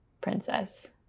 princess